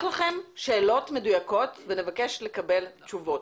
לכם שאלות מדויקות ונבקש לקבל תשובות,